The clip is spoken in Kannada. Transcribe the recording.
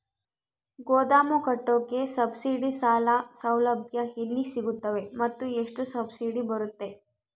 ಗೋದಾಮು ಕಟ್ಟೋಕೆ ಸಬ್ಸಿಡಿ ಸಾಲ ಸೌಲಭ್ಯ ಎಲ್ಲಿ ಸಿಗುತ್ತವೆ ಮತ್ತು ಎಷ್ಟು ಸಬ್ಸಿಡಿ ಬರುತ್ತೆ?